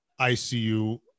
ICU